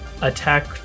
attack